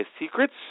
secrets